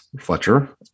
Fletcher